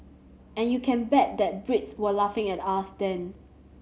and you can bet that Brits were laughing at us then